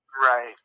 right